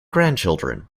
grandchildren